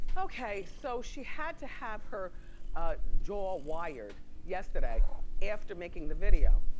okay, so she had to have her jaw wired yesterday after making the video.